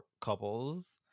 couples